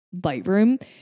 Lightroom